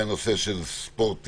ספורט ואימונים,